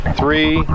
three